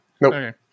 nope